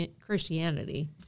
Christianity